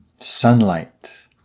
sunlight